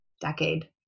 decade